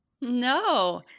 No